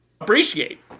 appreciate